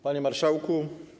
Panie Marszałku!